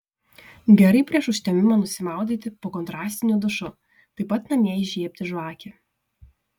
gerai prieš užtemimą nusimaudyti po kontrastiniu dušu taip pat namie įžiebti žvakę